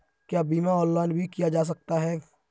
क्या बीमा ऑनलाइन भी किया जा सकता है?